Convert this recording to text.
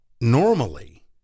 normally